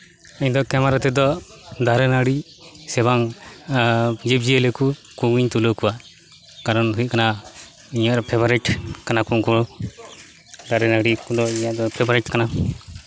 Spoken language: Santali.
ᱤᱧ ᱫᱚ ᱠᱮᱢᱮᱨᱟ ᱛᱮᱫᱚ ᱫᱟᱨᱮ ᱱᱟᱹᱲᱤ ᱥᱮᱵᱟᱝ ᱡᱤᱵᱽᱼᱡᱤᱭᱟᱹᱞᱤ ᱠᱚ ᱩᱱᱠᱩᱜᱤᱧ ᱛᱩᱞᱟᱹᱣ ᱠᱚᱣᱟ ᱠᱟᱨᱚᱱ ᱫᱚ ᱦᱩᱭᱩᱜ ᱠᱟᱱᱟ ᱤᱧᱟᱹᱜ ᱯᱷᱮᱵᱟᱨᱮᱹᱴ ᱠᱟᱱᱟ ᱠᱚ ᱩᱝᱠᱩ ᱦᱚᱸ ᱫᱟᱨᱮᱱᱟᱲᱤ ᱠᱚᱫᱚ ᱯᱷᱮᱵᱟᱨᱮᱹᱴ ᱠᱟᱱᱟ